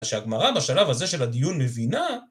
כשהגמרא בשלב הזה של הדיון מבינה...